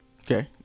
okay